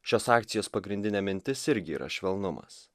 šios akcijos pagrindinė mintis irgi yra švelnumas